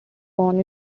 born